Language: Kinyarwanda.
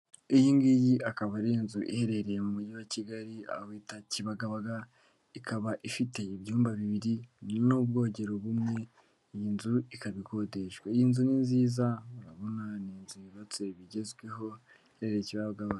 Iyi ngiyi akaba ari inzu iherereye mu mujyi wa Kigali aho bita Kibagabaga, ikaba ifite ibyumba bibiri n'ubwogero bumwe. Iyi nzu ikaba ikodeshwa. Iyi nzu ni nziza aho yubatswe bigezweho iheyerereye Kibagabaga.